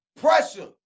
Pressure